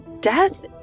death